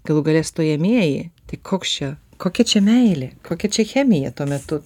galų gale stojamieji tai koks čia kokia čia meilė kokia čia chemija tuo metu